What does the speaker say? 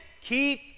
Keep